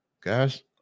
Guys